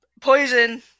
poison